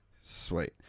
Sweet